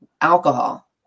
alcohol